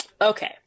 okay